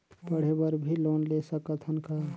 पढ़े बर भी लोन ले सकत हन का?